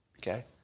Okay